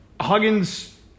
Huggins